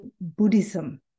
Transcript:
Buddhism